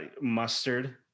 Mustard